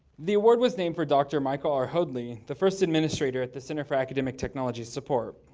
the award was named for dr. michael r. hoadley, the first administrator at the center for academic technology support.